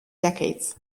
decades